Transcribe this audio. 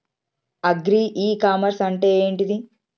Agri e commerce అంటే ఏంటిది?